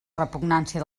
repugnància